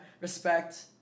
respect